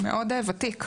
הוא מאוד ותיק.